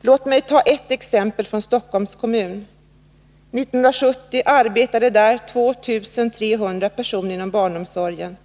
Låt mig ta ett exempel från Stockholms kommun. År 1970 arbetade där 2 300 personer inom barnomsorgen.